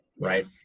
Right